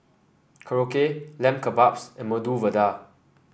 Korokke Lamb Kebabs and Medu Vada